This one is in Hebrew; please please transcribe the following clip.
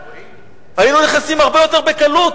היינו נכנסים הרבה יותר בקלות.